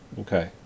Okay